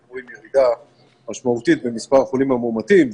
רואים ירידה משמעותית במספר החולים המאומתים,